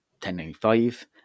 1095